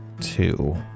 two